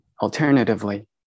Alternatively